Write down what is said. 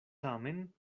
tamen